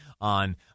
on